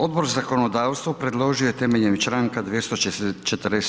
Odbor za zakonodavstvo predložio je temeljem Članka 247.